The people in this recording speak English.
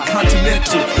Continental